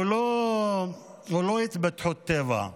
הוא לא התפתחות של הטבע.